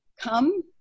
come